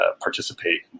participate